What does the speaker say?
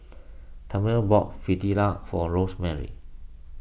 Talmage bought Fritada for Rosemary